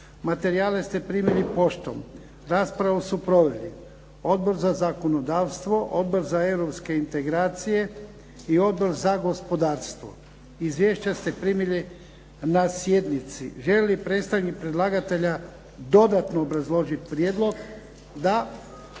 Materijale ste primili poštom. Raspravu su proveli Odbor za zakonodavstvo, Odbor za europske integracije i Odbor za gospodarstvo. Izvješća ste primili na sjednici. Želi li predstavnik predlagatelja dodatno obrazložiti prijedlog? Da.